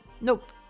Nope